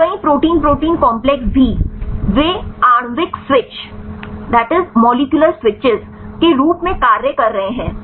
तो कई protein protein complex भी वे आणविक स्विच के रूप में कार्य कर रहे हैं